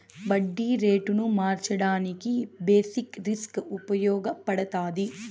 వడ్డీ రేటును మార్చడానికి బేసిక్ రిస్క్ ఉపయగపడతాది